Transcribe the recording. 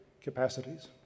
capacities